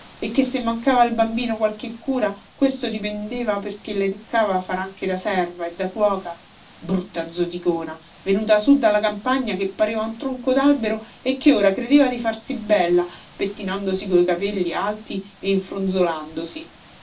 e che se mancava al bambino qualche cura questo dipendeva perché le toccava far anche da serva e da cuoca brutta zoticona venuta su dalla campagna che pareva un tronco d albero e che ora credeva di farsi bella pettinandosi coi capelli alti e